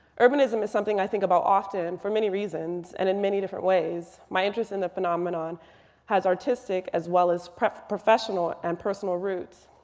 urbanism is something i think about often for many reasons and in many different ways. my interest in the phenomenon has artistic as well as professional and personal roots.